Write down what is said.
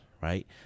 right